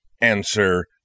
answer